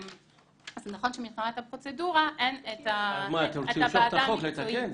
אז נכון שמבחינת הפרוצדורה אין את הוועדה המקצועית.